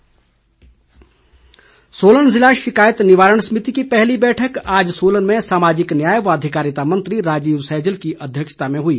राजीव सैजल सोलन जिला शिकायत निवारण समिति की पहली बैठक आज सोलन में सामाजिक न्याय व अधिकारिता मंत्री राजीव सैजल की अध्यक्षता में हुई